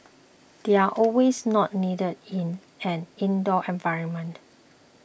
they are also not needed in an indoor environment